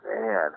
Man